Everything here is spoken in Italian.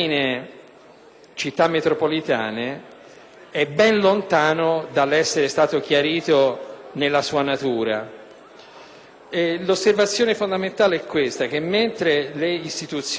«Città metropolitane» è ben lontano dall'essere stato chiarito nella sua natura. L'osservazione fondamentale è che, mentre le istituzioni